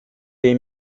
dei